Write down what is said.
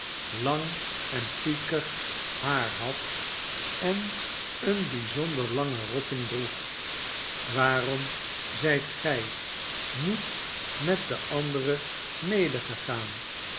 lang en piekig haar had en een bijzonder langen rotting droeg swaarom zijt gij niet met de anderen